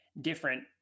different